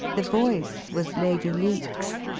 the voice was lady leake's,